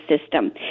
system